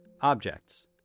objects